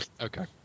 Okay